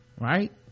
right